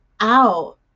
out